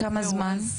כמה זמן?